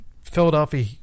Philadelphia